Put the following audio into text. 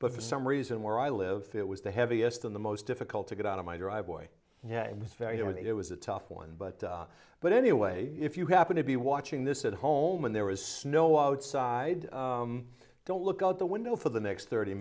but for some reason where i lived it was the heaviest in the most difficult to get out of my driveway yeah it was very humid it was a tough one but but anyway if you happen to be watching this at home and there was snow outside don't look out the window for the next thirty